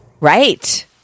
Right